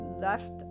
Left